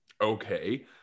okay